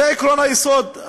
זה עקרון היסוד.